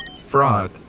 fraud